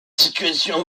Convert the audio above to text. situation